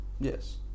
Yes